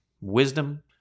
wisdom